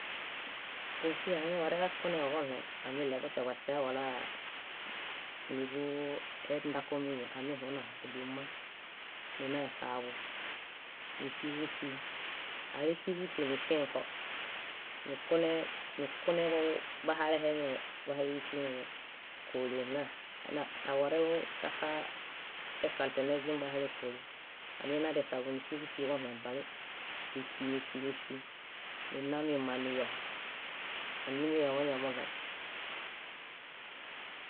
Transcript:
Kúsii amiwareġakuneġoġoɭãi, amiɭemuśe baŝias walaa niḃundaku mími. Amihuneu, ódi mma, ninaesaḃu níxiġusii. Álexiġusii, niŝiẽko, nikune, nikuneġo, nikunebahalehe ísii, mem kóli nna awarelu kaxaesalte nezimbahale kóli. Añana desaḃu nísiġusii koɭãibalĩ, níxi, níxi, níxi ninamima niyo. Amiñayo moiḃamoɭãi.